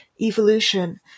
evolution